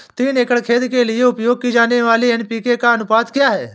तीन एकड़ खेत के लिए उपयोग की जाने वाली एन.पी.के का अनुपात क्या है?